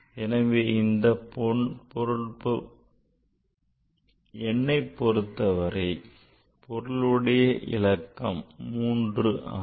எனவே இந்த எண்ணை பொருத்தவரை பொருளுடைய இலக்கங்கள் 3 ஆகும்